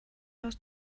aus